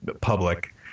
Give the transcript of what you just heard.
public